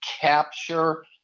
capture